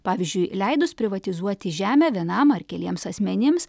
pavyzdžiui leidus privatizuoti žemę vienam ar keliems asmenims